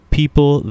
people